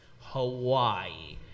Hawaii